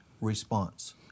response